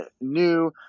new